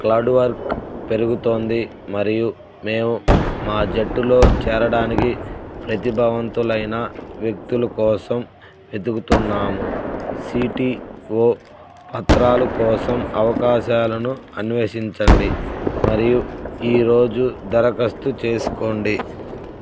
cloud work పెరుగుతోంది మరియు మేము మా జట్టులో చేరడానికి ప్రతిభావంతులైన వ్యక్తుల కోసం వెతుకుతున్నాము సీ టీ ఓ పత్రాల కోసం అవకాశాలను అన్వేషించండి మరియు ఈ రోజు దరఖాస్తు చేసుకోండి